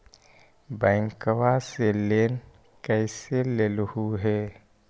बैंकवा से लेन कैसे लेलहू हे?